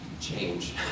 change